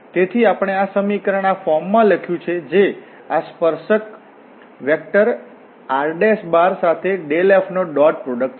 તેથી આપણે આ સમીકરણ આ ફોર્મમાં લખ્યું છે જે આ સ્પર્શક વેક્ટર r સાથે ∇f નો ડોટ પ્રોડક્ટ છે